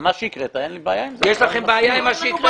על מה שהקראת, אין לי בעיה עם זה.